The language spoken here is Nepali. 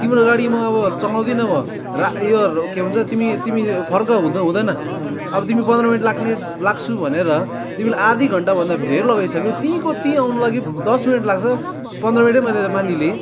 तिम्रो गाडी म अब चलाउँदिनँ म रा यो के भन्छ तिमी तिमी फर्क हुँदैन अब तिमी पन्ध्र मिनट लाग्ने लाग्छु भनेर तिमीलाई आधी घन्टाभन्दा धेर लगाइसक्यौ त्यहीँको त्यहीँ आउनुको लागि दस मिनट लाग्छ पन्ध्र मिनटै मैले मानिलिएँ